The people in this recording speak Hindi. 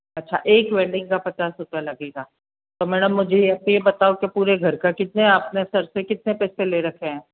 अच्छा एक वैल्डिंग का पचास रुपये लगेगा तो मैडम मुझे आप ये बताओ कि पूरे घर का कितने आपने सर से कितने पैसे ले रखे हैं